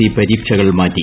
E പരീക്ഷകൾ മാറ്റി